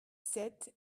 sept